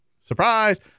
Surprise